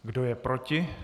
Kdo je proti?